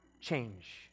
change